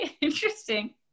interesting